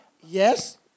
yes